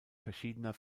verschiedener